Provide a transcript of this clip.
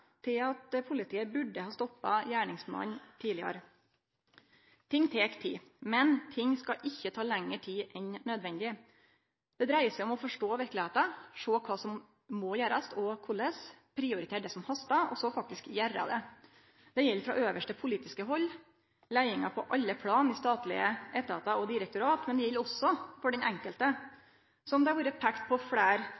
til at politiet burde ha stoppa gjerningsmannen tidlegare. Ting tek tid. Men ting skal ikkje ta lengre tid enn nødvendig. Det dreier seg om å forstå verkelegheita, sjå kva som må gjerast, og korleis prioritere det som hastar, og så faktisk gjere det. Det gjeld på øvste politiske hald, leiinga på alle plan i statlege etatar og direktorat, men det gjeld også for den enkelte.